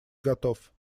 готов